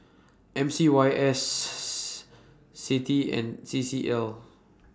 M C Y S CITI and C C L